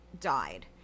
died